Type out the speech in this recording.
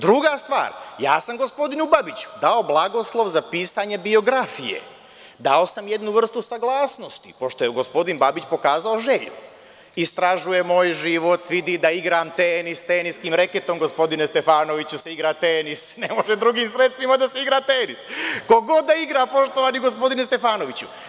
Druga stvar, ja sam gospodinu Babiću dao blagoslov za pisanje biografije, dao sam jednu vrstu saglasnosti, pošto je gospodin Babić pokazao želju, istražuje moj život, vidi da igram tenis, teniskim reketom, gospodine Stefanoviću, se igra tenis, ne može drugim sredstvima da se igra tenis i ko god da igra, gospodine Stefanoviću.